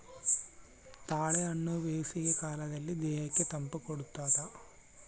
ತಾಳೆಹಣ್ಣು ಬೇಸಿಗೆ ಕಾಲದಲ್ಲಿ ದೇಹಕ್ಕೆ ತಂಪು ಕೊಡ್ತಾದ